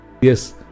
yes